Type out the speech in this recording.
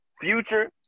Future